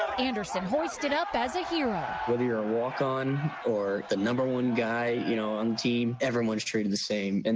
um anderson hoisted up as a hero. whether you're a walk on or the number one guy you know on the team, everybody is treated the same. and